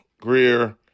greer